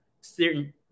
certain